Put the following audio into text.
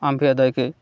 আম্পায়ারদ্বয়কে